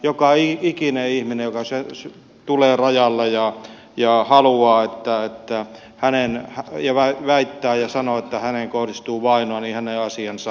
joka ikisen ihmisen kohdalla joka tulee rajalle ja ja haluaa täyttää häneen vielä väittää ja sanoo että häneen kohdistuu vainoa asiat asiallisesti tutkitaan